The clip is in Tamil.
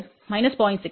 6 மற்றும் j 0